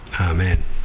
Amen